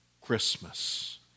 Christmas